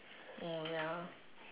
oh ya